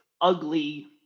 ugly